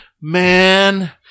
man